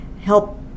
help